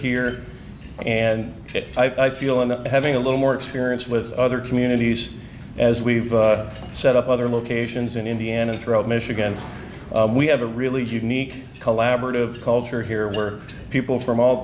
here and i feel and having a little more experience with other communities as we've set up other locations in indiana throughout michigan we have a really unique collaborative culture here were people from all